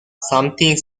something